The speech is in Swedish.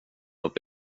upp